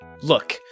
Look